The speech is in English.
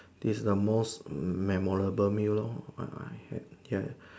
this the most memorable meal lor I have ya